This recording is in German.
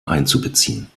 einzubeziehen